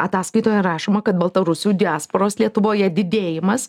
ataskaitoje rašoma kad baltarusių diasporos lietuvoje didėjimas